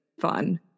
fun